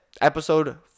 Episode